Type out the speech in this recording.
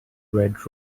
red